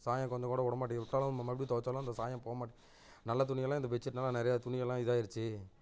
சாயம் கொஞ்சம் கூட விட மாட்டேங்குது விட்டாலும் மறுபடியும் துவச்சாலும் அந்த சாயம் போக மாட்டேன் நல்ல துணியெல்லாம் இந்த பெட்ஷீட்டினால நிறையா துணியெல்லாம் இதாயிடுச்சு